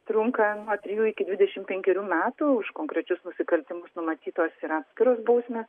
trunka nuo trijų iki dvidešimt penkerių metų už konkrečius nusikaltimus numatytos yra atskiros bausmės